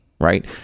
right